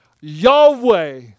Yahweh